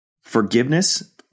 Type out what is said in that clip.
forgiveness